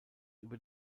über